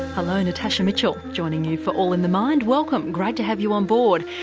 ah like natasha mitchell joining you for all in the mind. welcome, great to have you on board!